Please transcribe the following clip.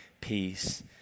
peace